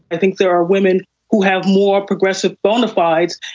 i think there are women who have more progressive bona fides,